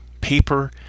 Paper